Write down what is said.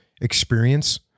experience